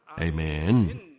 Amen